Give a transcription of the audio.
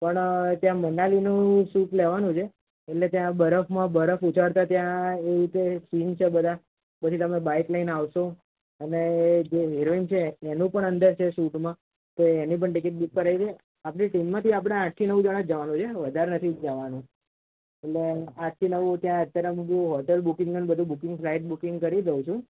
પણ ત્યાં મનાલીનું શૂટ લેવાનું છે એટલે ત્યાં બરફમાં બરફ ઉછાળતાં ત્યાં એ રીતે સીન છે બધાં પછી તમે બાઈક લઈને આવશો અને જે હીરોઈન છે એનું પણ અંદર છે શૂટમાં તો એની પણ ટિકિટ બૂક કરાવી દઈએ આપણી ટીમમાંથી આપણે આઠ થી નવ જણાં જ જવાનું છે વધારે નથી જવાનું એટલે આઠ થી નવ ત્યાં અત્યારે હું હોટેલ બૂકિંગનું અને બધુ બૂકિંગ ફ્લાઈટ બૂકિંગ કરી દઉં છું